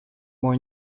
more